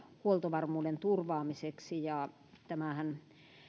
huoltovarmuuden turvaamiseksi ja tämähän